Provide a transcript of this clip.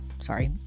sorry